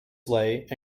sleigh